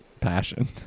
passion